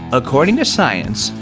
according to science,